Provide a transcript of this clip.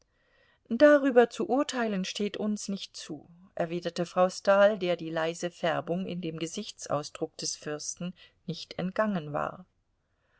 darüber zu urteilen steht uns nicht zu erwiderte frau stahl der die leise färbung in dem gesichtsausdruck des fürsten nicht entgangen war